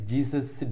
Jesus